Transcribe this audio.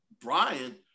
Brian